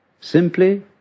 Simply